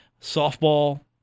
softball